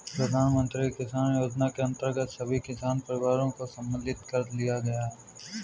प्रधानमंत्री किसान योजना के अंतर्गत सभी किसान परिवारों को सम्मिलित कर लिया गया है